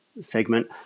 segment